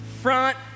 front